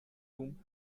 room